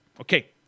Okay